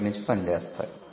బయట నుంచి పనిచేస్తాయి